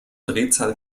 drehzahl